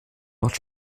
macht